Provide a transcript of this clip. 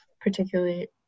particularly